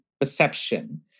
perception